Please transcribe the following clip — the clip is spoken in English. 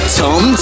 tom